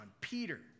Peter